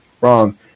wrong